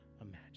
imagine